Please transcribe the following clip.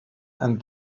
and